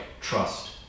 trust